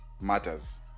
matters